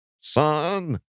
Son